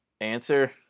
answer